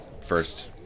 first